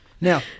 Now